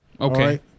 Okay